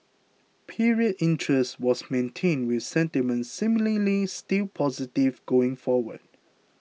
period interest was maintained with sentiment seemingly still positive going forward